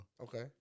Okay